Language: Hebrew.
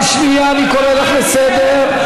מיכל, אני קורא אותך לסדר פעם ראשונה.